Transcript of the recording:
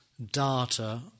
data